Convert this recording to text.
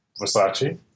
Versace